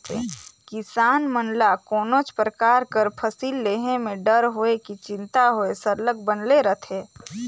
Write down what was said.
किसान मन ल कोनोच परकार कर फसिल लेहे में डर होए कि चिंता होए सरलग बनले रहथे